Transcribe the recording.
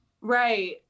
Right